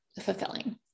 fulfilling